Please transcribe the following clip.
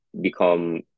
become